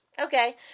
Okay